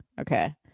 Okay